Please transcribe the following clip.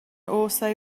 also